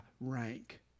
rank